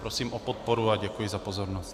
Prosím o podporu a děkuji za pozornost.